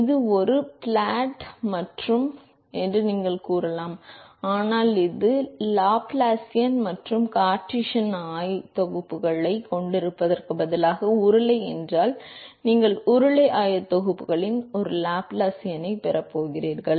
இது ஒரு ஃபா பிளாட் பிளேட் என்று மட்டுமே நாங்கள் கூறினோம் என்று நாங்கள் நினைக்கவில்லை ஆனால் அது லாப்லாசியன் மற்றும் கார்ட்டீசியன் ஆயத்தொகுப்புகளைக் கொண்டிருப்பதற்குப் பதிலாக உருளை என்றால் நீங்கள் உருளை ஆயத்தொகுப்புகளில் ஒரு லாப்லாசியனைப் பெறப் போகிறீர்கள்